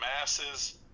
masses